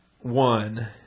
one